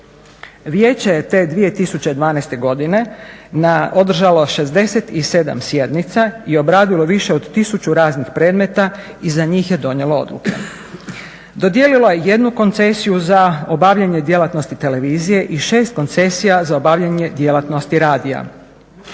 Vijeće je te 2012. godine održalo 67 sjednica i obradilo više od 1000 raznih predmeta i za njih je donijelo odluke. Dodijelilo je jednu koncesiju za obavljanje djelatnosti televizije i 6 koncesija za obavljanje djelatnosti radija.